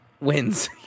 wins